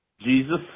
Jesus